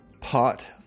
pot